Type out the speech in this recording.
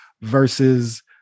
versus